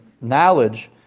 knowledge